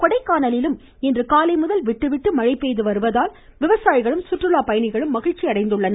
கொடைக்கானலிலும் இன்றுகாலை முதல் விட்டுவிட்டு மழை பெய்து வருவதால் விவசாயிகளும் சுற்றுலா பயணிகளும் மகிழ்ச்சி அடைந்துள்ளனர்